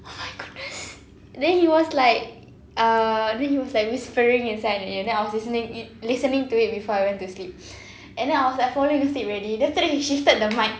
oh my goodness then he was like uh then he was like whispering inside the ear and then I was listening it listening to it before I went to sleep and then I was like falling asleep already then after that he shifted the mic